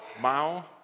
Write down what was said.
Mao